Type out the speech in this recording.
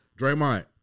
Draymond